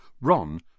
Ron